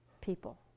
people